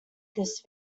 this